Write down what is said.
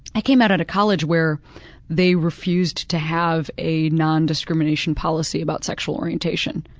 i came out at a college where they refused to have a non-discrimination policy about sexual orientation.